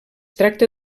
tracta